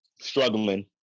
struggling